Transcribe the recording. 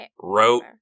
wrote